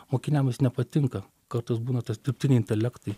mokiniam jis nepatinka kartais būna tas dirbtiniai intelektai